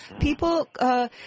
people